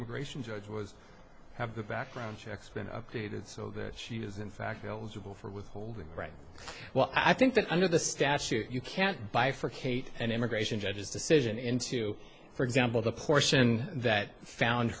immigration judge was have the background checks been updated so that she is in fact fills a bill for withholding the right well i think that under the statute you can't bifurcate an immigration judge's decision into for example the portion that found